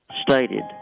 stated